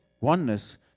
oneness